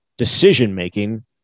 decision-making